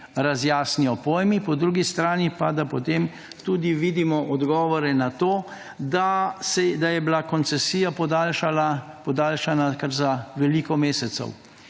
razjasnijo pojmi, po drugi strani pa da potem tudi vidimo odgovore na to, da je bila koncesija podaljšana kar za veliko mesecev.